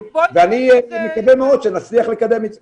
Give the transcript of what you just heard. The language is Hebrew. ואני מקווה מאוד שנצליח לקדם את זה.